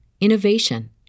innovation